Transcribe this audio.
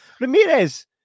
Ramirez